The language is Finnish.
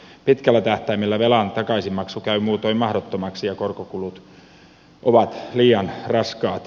pitkällä tähtäimellä velan takaisinmaksu käy muutoin mahdottomaksi ja korkokulut ovat liian raskaat